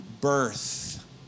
birth